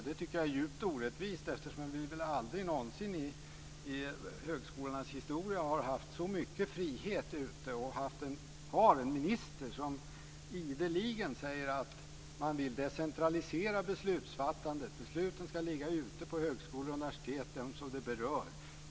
Det tycker jag är djupt orättvist, eftersom vi väl aldrig någonsin i högskolornas historia har haft så mycket frihet som nu. Vi har ju också en minister som ideligen säger att man vill decentralisera beslutsfattandet och att besluten ska ligga ute på högskolor och universitet - dem som de berör.